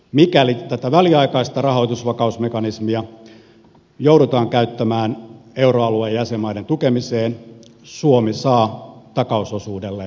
mikäli tätä väliaikaista rahoitusvakausmekanismia joudutaan käyttämään euroalueen jäsenmaiden tukemiseen suomi saa takausosuudelleen vakuudet